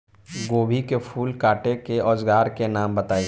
गोभी के फूल काटे के औज़ार के नाम बताई?